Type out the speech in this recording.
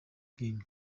bw’inka